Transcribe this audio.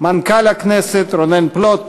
מנכ"ל הכנסת רונן פלוט,